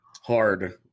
hard